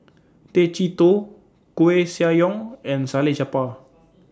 Tay Chee Toh Koeh Sia Yong and Salleh Japar